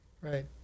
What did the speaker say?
Right